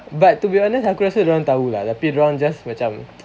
but to be honest aku rasa dorang tahu lah tapi dorang just macam